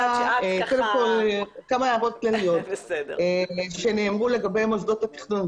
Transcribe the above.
כמה הערות כלליות לגבי מה שנאמר לגבי מוסדות התכנון.